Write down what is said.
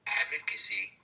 advocacy